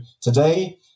today